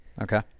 Okay